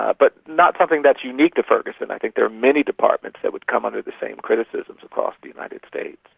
ah but not something that is unique to ferguson. i think there are many departments that would come under the same criticisms across the united states.